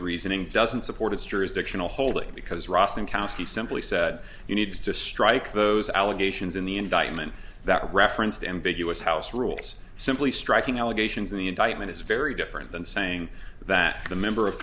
reasoning doesn't support its jurisdictional hold because roslin koski simply said you need to strike those allegations in the indictment that referenced ambiguous house rules simply striking allegations in the indictment is very different than saying that the member of